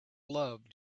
love